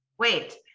Wait